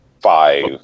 five